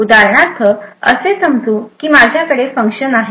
उदाहरणार्थ असे समजू की माझ्याकडे फंक्शन आहे